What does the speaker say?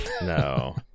no